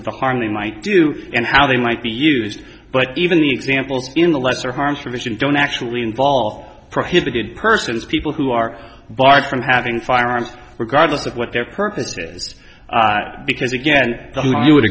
of the harley might do and how they might be used but even the examples in the lesser harm for vision don't actually involve prohibited persons people who are barred from having firearms were godless of what their purpose is because again you would